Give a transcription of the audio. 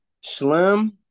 Slim